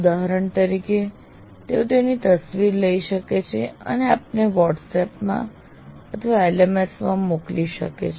ઉદાહરણ તરીકે તેઓ તેની તસવીર લઈ શકે છે અને આપને WhatsApp માં અથવા LMS માં મોકલી શકે છે